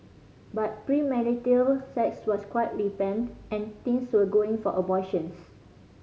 but premarital sex was quite rampant and teens were going for abortions